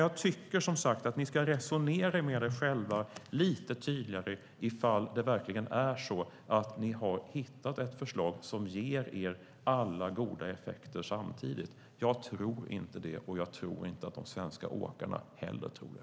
Jag tycker, som sagt, att ni lite tydligare ska resonera med er själva om det verkligen är så att ni har hittat ett förslag som samtidigt ger er alla goda effekter. Jag tror inte det och tror inte att de svenska åkarna heller tror det.